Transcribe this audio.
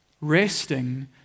resting